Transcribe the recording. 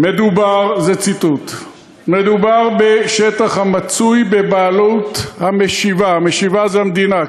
"מדובר בשטח המצוי בבעלות המשיבה" המשיבה זו המדינה,